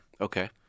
Okay